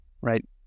Right